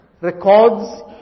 records